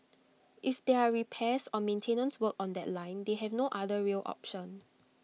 if there are repairs or maintenance work on that line they have no other rail option